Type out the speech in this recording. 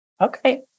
Okay